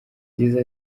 yagize